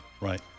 Right